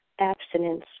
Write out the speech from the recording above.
abstinence